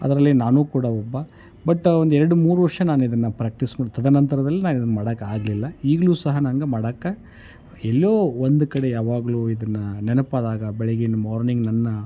ಅದರಲ್ಲಿ ನಾನೂ ಕೂಡ ಒಬ್ಬ ಬಟ್ ಒಂದು ಎರಡು ಮೂರು ವರ್ಷ ನಾನು ಇದನ್ನು ಪ್ರ್ಯಾಕ್ಟೀಸ್ ಮಾಡಿ ತದನಂತರದಲ್ಲಿ ನಾನು ಇದನ್ನು ಮಾಡೋಕ್ಕಾಗ್ಲಿಲ್ಲ ಈಗಲೂ ಸಹ ನಂಗೆ ಮಾಡಕ್ಕೆ ಎಲ್ಲೋ ಒಂದು ಕಡೆ ಯಾವಾಗಲೂ ಇದನ್ನು ನೆನಪಾದಾಗ ಬೆಳಿಗಿನ ಮಾರ್ನಿಂಗ್ ನನ್ನ